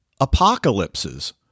apocalypses